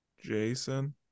Jason